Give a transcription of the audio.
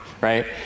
right